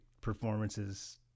performances